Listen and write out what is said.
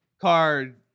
card